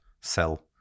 sell